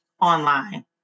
online